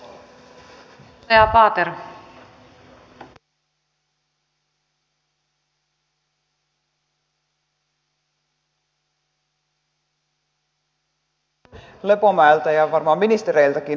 haluaisin vielä tarkennuksen edustaja lepomäeltä ja varmaan ministereiltäkin